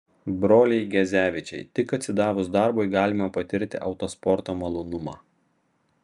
broliai gezevičiai tik atsidavus darbui galima patirti autosporto malonumą